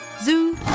Zoo